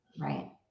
Right